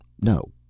no